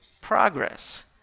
progress